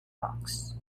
box